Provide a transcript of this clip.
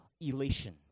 elation